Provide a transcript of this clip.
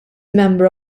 member